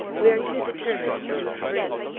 we are too determined to be free.